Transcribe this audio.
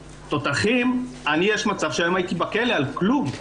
"תותחים" יש אפשרות שהיום הייתי בכלא על כלום.